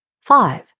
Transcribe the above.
Five